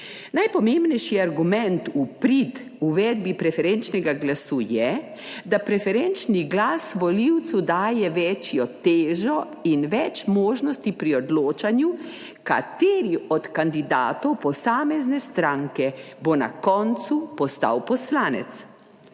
Najpomembnejši argument v prid uvedbi preferenčnega glasu je, da preferenčni glas volivcu daje večjo težo in več možnosti pri odločanju, kateri od kandidatov posamezne stranke bo na koncu postal poslanec.